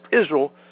Israel